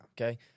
Okay